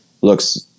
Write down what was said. looks